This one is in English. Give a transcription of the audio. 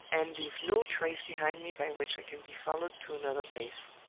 and leave no trace behind me by which i can be followed to another place.